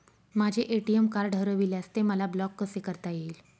माझे ATM card हरविल्यास ते मला ब्लॉक कसे करता येईल?